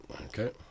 Okay